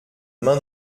main